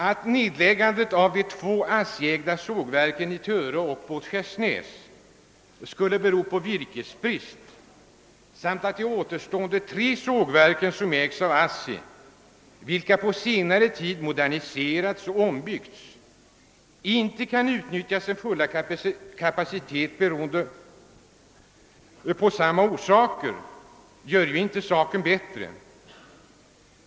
Att nedläggandet av de två ASSTI-ägda sågverken i Töre och Båtskärsnäs skulle bero på virkesbrist samt att de återstående tre sågverken, som ägs av ASSI och vilka på senare tid moderniserats och ombyggts, av samma orsak inte kan utnyttja sin fulla kapacitet gör inte det hela bättre.